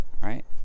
right